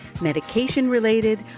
medication-related